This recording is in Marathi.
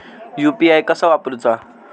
यू.पी.आय कसा वापरूचा?